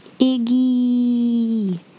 Iggy